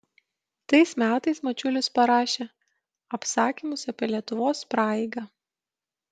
tais metais mačiulis parašė apsakymus apie lietuvos praeigą